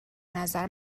نظر